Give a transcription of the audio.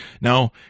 Now